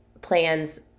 plans